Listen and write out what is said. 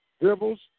dribbles